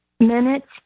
Minutes